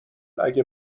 اگه